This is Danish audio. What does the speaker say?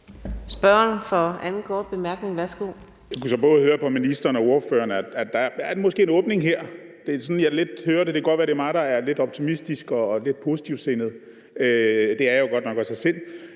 Spørgeren for anden korte bemærkning, værsgo.